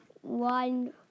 one